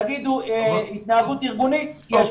תגידו התנהגות ארגונית, יש פער.